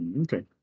Okay